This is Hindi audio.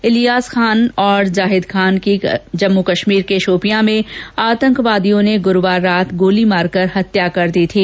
इलियास खान और जाहिद खान की कश्मीर के शोपियां में आतंकवादियों ने गुरूवार रात गोली मार कर हत्या कर दी गई थी